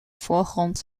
voorgrond